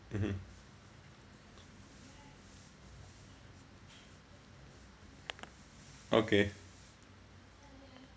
mmhmm okay